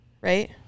right